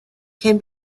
can